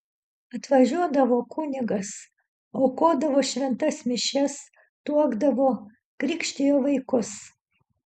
atvažiuodavo kunigas aukodavo šventas mišias tuokdavo krikštijo vaikus